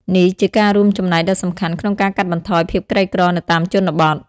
នេះជាការរួមចំណែកដ៏សំខាន់ក្នុងការកាត់បន្ថយភាពក្រីក្រនៅតាមជនបទ។